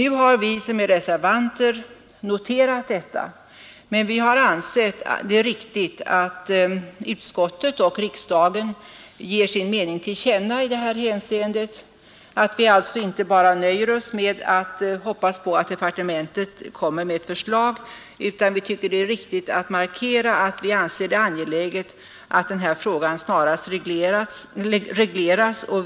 Vi reservanter har noterat detta och anser det riktigt att utskottet och riksdagen ger sin mening till känna i det här hänseendet. Vi nöjer oss alltså inte med att hoppas att departementet kommer med ett förslag utan tycker det är riktigt att markera att vi anser det angeläget att denna fråga snarast regleras.